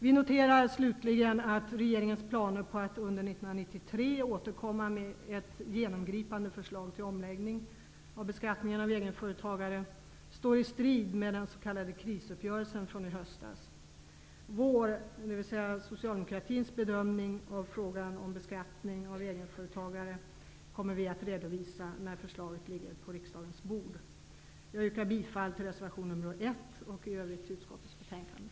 Vi noterar slutligen att regeringens planer på att under 1993 återkomma med ett genomgripande förslag till omläggning av beskattningen av egenföretagare står i strid med den s.k. krisuppgörelsen från i höstas. Socialdemokraternas bedömning av frågan om beskattning av egenföretagare kommer vi att redovisa när förslaget ligger på riksdagens bord. Jag yrkar bifall till reservation nr 1 och i övrigt till hemställan i utskottets betänkande.